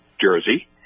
jersey